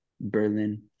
Berlin